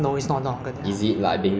I don't know this [one] like